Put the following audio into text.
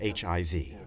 HIV